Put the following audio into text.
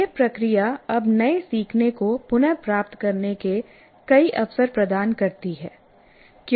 यह प्रक्रिया अब नए सीखने को पुनः प्राप्त करने के कई अवसर प्रदान करती है